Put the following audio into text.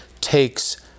takes